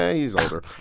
and he's older.